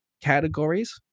categories